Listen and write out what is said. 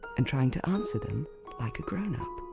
and trying to answer them like a grown-up.